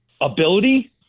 ability